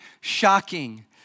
shocking